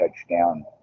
touchdown